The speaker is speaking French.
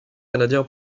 canadien